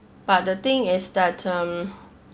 but the thing is that um